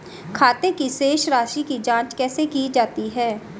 खाते की शेष राशी की जांच कैसे की जाती है?